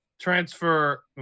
transfer